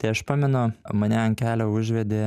tai aš pamenu mane ant kelio užvedė